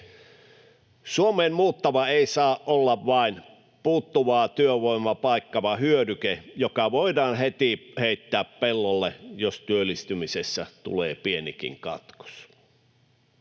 Suomeen muuttava ei saa olla vain puuttuvaa työvoimaa paikkaava hyödyke, joka voidaan heti heittää pellolle, jos työllistymisessä tulee pienikin katkos.